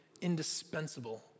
indispensable